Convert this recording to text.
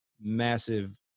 massive